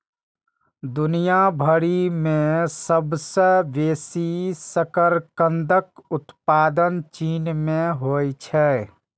दुनिया भरि मे सबसं बेसी शकरकंदक उत्पादन चीन मे होइ छै